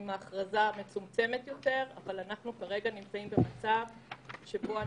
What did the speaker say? ההצעה להכרזה כזאת תובא לממשלה על ידי ראש הממשלה וראש הממשלה החלופי,